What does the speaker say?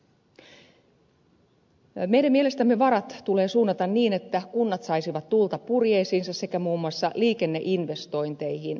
meidän mielestämme varat tulee suunnata niin että kunnat saisivat tuulta purjeisiinsa sekä muun muassa liikenneinvestointeihin